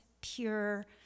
pure